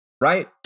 right